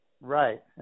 Right